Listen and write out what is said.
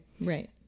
Right